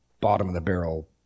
bottom-of-the-barrel